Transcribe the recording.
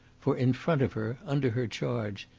for in front of her, under her charge,